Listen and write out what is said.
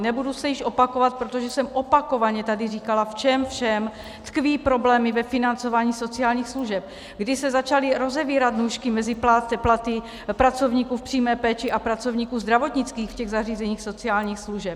Nebudu se již opakovat, protože jsem opakovaně tady říkala, v čem všem tkví problémy ve financování sociálních služeb, kdy se začaly rozevírat nůžky mezi platy pracovníků v přímé péči a pracovníků zdravotnických zařízení sociálních služeb.